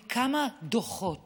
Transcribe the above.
כמה דוחות